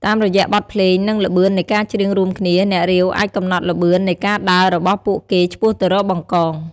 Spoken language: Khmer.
តាមរយៈបទភ្លេង និងល្បឿននៃការច្រៀងរួមគ្នា អ្នករាវ អាចកំណត់ល្បឿននៃការដើររបស់ពួកគេឆ្ពោះទៅរក បង្កង។